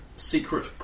Secret